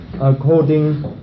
according